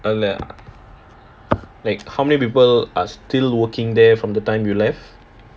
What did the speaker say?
அதுலயா:athulaya like how many people are still working there from the time you left